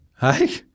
hey